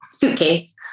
Suitcase